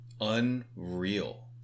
Unreal